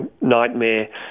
nightmare